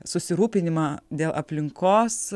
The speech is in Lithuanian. susirūpinimą dėl aplinkos